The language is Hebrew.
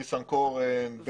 ניסנקורן,